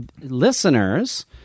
listeners